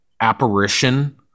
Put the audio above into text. apparition